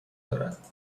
دارد